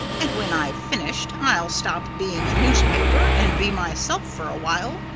and when i've finished i'll stop being a newspaper and be myself for a while.